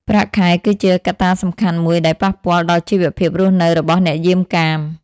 ប្រាក់ខែគឺជាកត្តាសំខាន់មួយដែលប៉ះពាល់ដល់ជីវភាពរស់នៅរបស់អ្នកយាមកាម។